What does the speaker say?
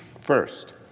First